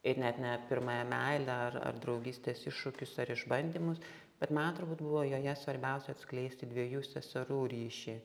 ir net ne pirmąją meilę ar ar draugystės iššūkius ar išbandymus bet man turbūt buvo joje svarbiausia atskleisti dviejų seserų ryšį